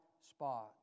spot